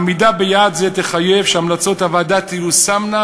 עמידה ביעד זה תחייב שהמלצות הוועדה תיושמנה